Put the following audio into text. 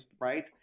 right